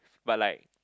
but like